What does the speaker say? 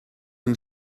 and